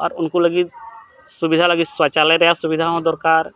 ᱟᱨ ᱩᱱᱠᱩ ᱞᱟᱹᱜᱤᱫ ᱥᱩᱵᱤᱫᱷᱟ ᱞᱟᱹᱜᱤᱫ ᱥᱚᱪᱟᱞᱚᱭ ᱨᱮᱭᱟᱜ ᱥᱩᱵᱤᱫᱷᱟ ᱦᱚᱸ ᱫᱚᱨᱠᱟᱨ